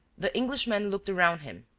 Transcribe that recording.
the englishman looked around him,